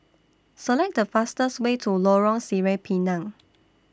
Select The fastest Way to Lorong Sireh Pinang